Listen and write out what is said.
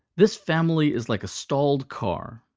this family is like a stalled car,